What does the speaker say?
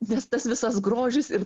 nes tas visas grožis ir